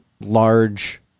large